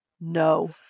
no